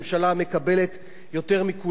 מקבלת יותר מכולנו,